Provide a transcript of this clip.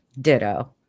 ditto